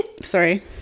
sorry